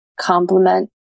complement